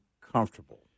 comfortable